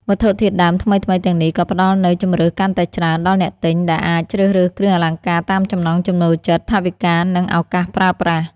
វត្ថុធាតុដើមថ្មីៗទាំងនេះក៏ផ្តល់នូវ ជម្រើសកាន់តែច្រើន ដល់អ្នកទិញ ដែលអាចជ្រើសរើសគ្រឿងអលង្ការតាមចំណង់ចំណូលចិត្ត ថវិកា និងឱកាសប្រើប្រាស់។